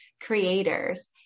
creators